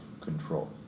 control